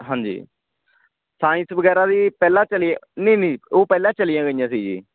ਹਾਂਜੀ ਸਾਇੰਸ ਵਗੈਰਾ ਵੀ ਪਹਿਲਾਂ ਚਲੀ ਨਹੀਂ ਨਹੀਂ ਉਹ ਪਹਿਲਾਂ ਚਲੀਆਂ ਗਈਆਂ ਸੀ ਜੀ